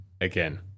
Again